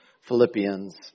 Philippians